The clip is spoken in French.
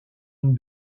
une